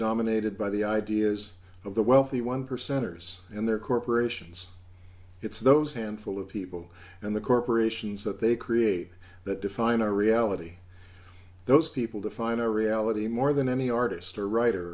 dominated by the ideas of the wealthy one percenters and their corporations it's those handful of people and the corporations that they create that define our reality those people define a reality more than any artist or writer for